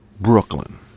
Brooklyn